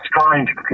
strange